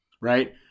right